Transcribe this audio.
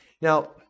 Now